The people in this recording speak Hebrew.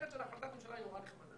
הכותרת של החלטת הממשלה היא נורא נחמדה.